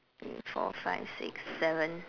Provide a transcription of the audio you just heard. three four five six seven